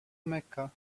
mecca